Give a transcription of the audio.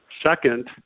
Second